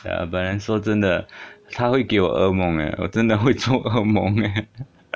uh but then 说真的她会给我噩梦 leh 我真的会做噩梦 leh